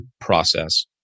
process